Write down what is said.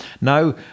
Now